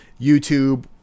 YouTube